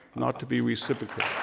not to be reciprocated.